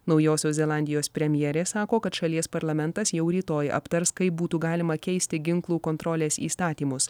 naujosios zelandijos premjerė sako kad šalies parlamentas jau rytoj aptars kaip būtų galima keisti ginklų kontrolės įstatymus